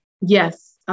yes